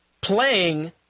playing